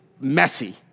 messy